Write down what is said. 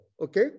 Okay